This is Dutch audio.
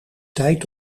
tijd